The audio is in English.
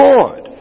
Lord